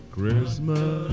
Christmas